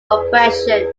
oppression